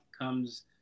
comes